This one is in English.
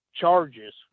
charges